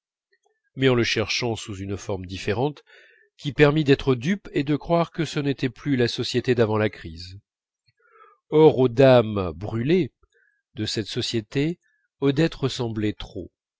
mais en le cherchant sous une forme différente qui permît d'être dupe et de croire que ce n'était plus la société d'avant la crise or aux dames brûlées de cette société odette ressemblait trop